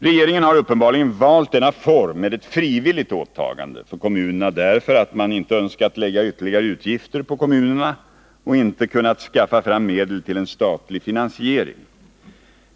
Regeringen har uppenbarligen valt denna form med ett frivilligt åtagande för kommunerna därför att man inte önskat lägga ytterligare utgifter på kommunerna och inte kunnat skaffa fram medel till en statlig finansiering.